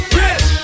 rich